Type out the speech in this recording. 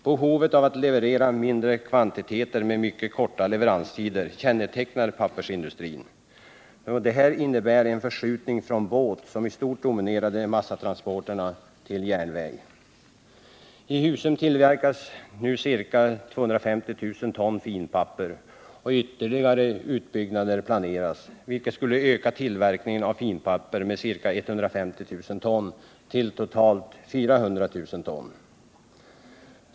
Behovet av att leverera mindre kvantiteter med mycket korta leveranstider kännetecknar pappersindustrin. Detta innebär en förskjutning från båt, som i stort dominerar massatransporterna, till järnväg. I Husum tillverkas nu ca 250 000 ton finpapper, och en ytterligare utbyggnad planeras, vilket skulle öka tillverkningen av finpapper med ca 150 000 ton till totalt 400 000 ton.